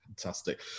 Fantastic